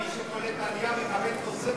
מי שקולט עלייה מקבל תוספת,